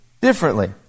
differently